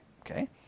Okay